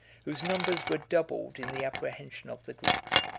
whose numbers were doubled in the apprehension of the greeks.